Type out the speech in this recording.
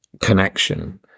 connection